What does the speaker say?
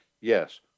Yes